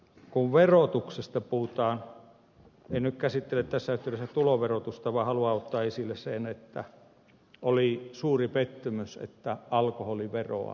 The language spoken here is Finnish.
kun verotuksesta puhutaan en käsittele tässä yhteydessä tuloverotusta haluan ottaa esille sen että oli suuri pettymys että alkoholiveroa ei korotettu